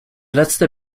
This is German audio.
letzte